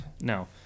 no